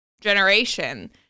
generation